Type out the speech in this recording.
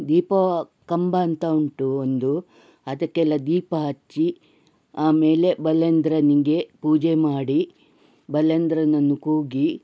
ದೀಪ ಕಂಬ ಅಂತ ಉಂಟು ಒಂದು ಅದಕ್ಕೆಲ್ಲ ದೀಪ ಹಚ್ಚಿ ಆಮೇಲೆ ಬಲೀಂದ್ರನಿಗೆ ಪೂಜೆ ಮಾಡಿ ಬಲೀಂದ್ರನನ್ನು ಕೂಗಿ